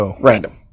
Random